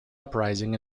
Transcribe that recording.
uprising